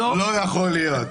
לא יכול להיות.